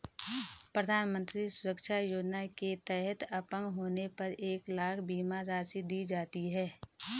प्रधानमंत्री सुरक्षा योजना के तहत अपंग होने पर एक लाख बीमा राशि दी जाती है